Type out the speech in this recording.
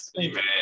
Amen